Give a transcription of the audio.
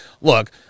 Look